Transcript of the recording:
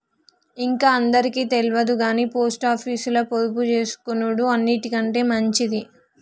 ఇంక అందరికి తెల్వదుగని పోస్టాపీసుల పొదుపుజేసుకునుడు అన్నిటికంటె మంచిది